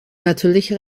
natürlich